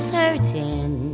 certain